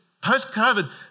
post-COVID